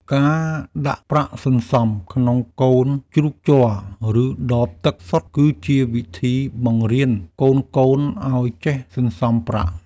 ការដាក់ប្រាក់សន្សំក្នុងកូនជ្រូកជ័រ ឬដបទឹកសុទ្ធ គឺជាវិធីបង្រៀនកូនៗឱ្យចេះសន្សំប្រាក់។